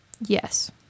Yes